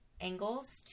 angles